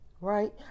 right